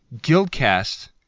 Guildcast